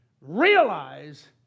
realize